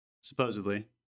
supposedly